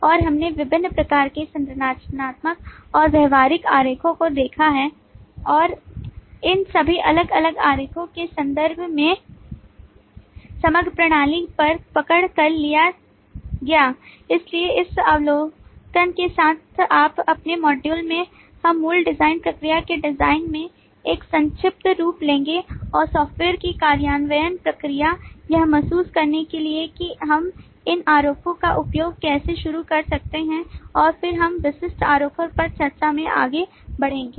और हमने विभिन्न प्रकार के संरचनात्मक और व्यवहारिक आरेखों को देखा है और इन सभी अलग अलग आरेखों के संदर्भ में समग्र प्रणाली पर पकड़ कर लिया जाएगा इसलिए इस अवलोकन के साथ आप अगले मॉड्यूल में हम मूल डिजाइन प्रक्रिया के डिजाइन में एक संक्षिप्त रूप लेंगे और सॉफ़्टवेयर की कार्यान्वयन प्रक्रिया यह महसूस करने के लिए कि हम इन आरेखों का उपयोग कैसे शुरू कर सकते हैं और फिर हम विशिष्ट आरेखों पर चर्चा में आगे बढ़ेंगे